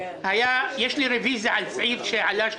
יש לי רוויזיה על סעיף שעלה אתמול,